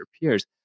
peers